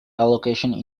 allocation